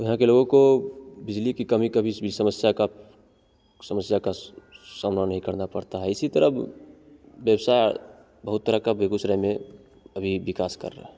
यहाँ के लोगों को बिजली की कमी कभी समस्या का समस्या का सामना नहीं करना पड़ता है इसी तरह व्यवसाय बहुत तरह के बेगुसराय में अभी विकास कर रहे हैं